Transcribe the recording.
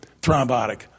thrombotic